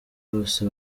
hose